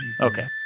okay